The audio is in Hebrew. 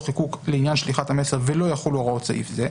חיקוק לעניין שליחת המסר ולא יחולו הוראות סעיף זה.".